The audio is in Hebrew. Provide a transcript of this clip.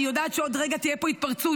היא יודעת שעוד רגע תהיה פה התפרצות,